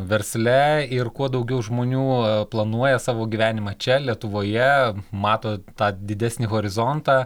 versle ir kuo daugiau žmonių planuoja savo gyvenimą čia lietuvoje mato tą didesnį horizontą